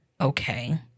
okay